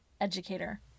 educator